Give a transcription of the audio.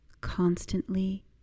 constantly